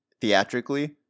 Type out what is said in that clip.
theatrically